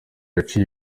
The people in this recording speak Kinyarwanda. yaciye